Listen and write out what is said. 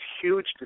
huge